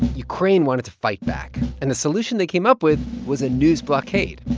ukraine wanted to fight back. and the solution they came up with was a news blockade,